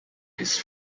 his